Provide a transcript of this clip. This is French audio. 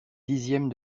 dixième